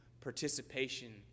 participation